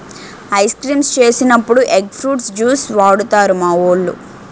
ice creams చేసినప్పుడు egg fruit juice వాడుతారు మావోలు